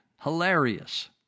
hilarious